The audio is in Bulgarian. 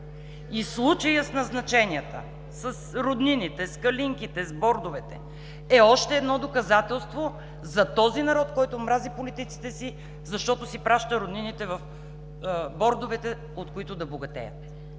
Случаят с назначенията, с роднините, с „калинките“, с бордовете е още едно доказателство за този народ, който мрази политиците си, защото си праща роднините в бордовете, от които да богатеят.